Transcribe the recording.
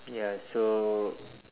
ya so